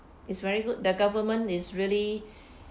it's very good their government is really